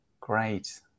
Great